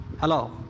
Hello